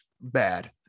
bad